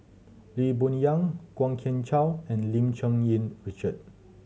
Lee Boon Yang Kwok Kian Chow and Lim Cherng Yih Richard